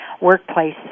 Workplace